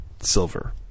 silver